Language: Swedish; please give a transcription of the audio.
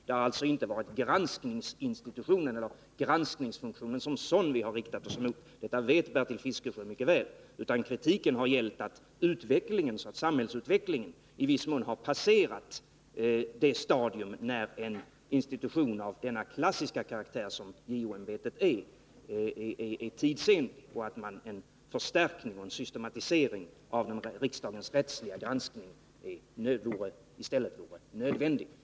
Det har alltså inte varit granskningsinstitutionen eller granskningsfunktionen som sådan vi har riktat oss emot — det vet Bertil Fiskesjö mycket väl — utan kritiken har gällt att samhällsutvecklingen i viss mån har passerat det stadium när en institution av den klassiska karaktär som JO-ämbetet har är tidsenlig och att en förstärkning och en systematisering av riksdagens rättsliga granskning i stället vore nödvändig.